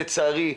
לצערי,